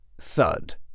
thud